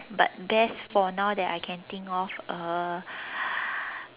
but best for now that I can think of uh